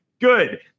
good